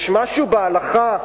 יש משהו בהלכה?